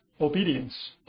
obedience